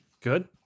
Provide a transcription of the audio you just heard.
Good